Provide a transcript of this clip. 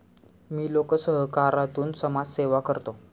मी लोकसहकारातून समाजसेवा करतो